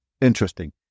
interesting